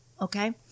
okay